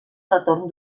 retorn